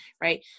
right